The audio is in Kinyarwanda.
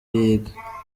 yiga